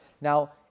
Now